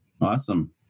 Awesome